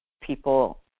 people